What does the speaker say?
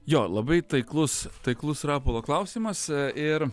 jo labai taiklus taiklus rapolo klausimas ir